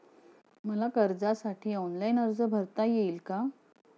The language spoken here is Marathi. मला कर्जासाठी ऑनलाइन अर्ज भरता येईल का?